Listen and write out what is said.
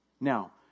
Now